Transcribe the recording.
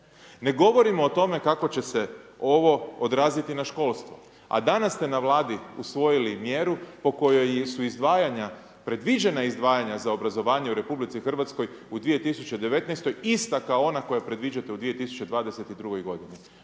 Ne govorimo o tome kako će se ovo odraziti na školstvo, a danas ste na Vladi usvojili mjeru po kojoj su izdvajanja, predviđena izdvajanja za obrazovanje u RH u 2019. ista kao ona koja predviđate u 2022. godini.